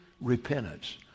repentance